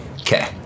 Okay